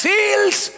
Seals